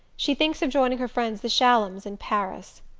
she thinks of joining her friends the shallums in paris.